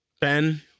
Ben